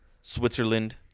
Switzerland